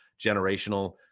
generational